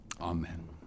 Amen